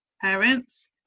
parents